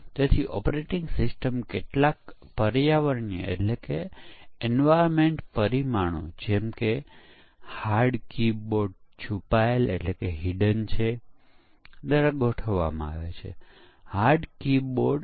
તેથી આ એક કંપની જે સોફ્ટવેરનો નિકાસ કરે છે તેના ડેટા પર આધારિત છે 30 અથવા 40 ટકા સોફ્ટવેર જે ગ્રાહકોને આપવામાં આવ્યા તેના પરનો ડેટા છે કે કેટલી ભૂલો કઈ રીતે મળી